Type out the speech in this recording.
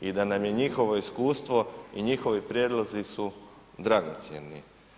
I da nam je njihovo iskustvo i njihovi prijedlozi su dragocjeni.